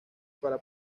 para